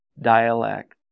dialect